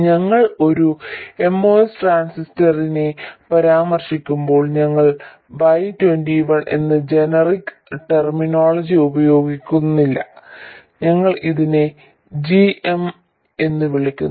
ഞങ്ങൾ ഒരു MOS ട്രാൻസിസ്റ്ററിനെ പരാമർശിക്കുമ്പോൾ ഞങ്ങൾ Y21 എന്ന ജനറിക് ടെർമിനോളജി ഉപയോഗിക്കുന്നില്ല ഞങ്ങൾ ഇതിനെ g m എന്ന് വിളിക്കുന്നു